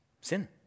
sin